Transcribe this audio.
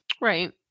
Right